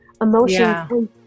emotions